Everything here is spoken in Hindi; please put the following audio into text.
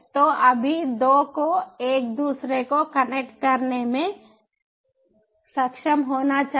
तो अभी 2 को एक दूसरे को कनेक्ट करने में सक्षम होना चाहिए